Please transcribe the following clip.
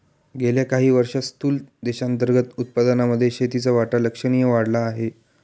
गेल्या काही वर्षांत स्थूल देशांतर्गत उत्पादनामध्ये शेतीचा वाटा लक्षणीय वाढला आहे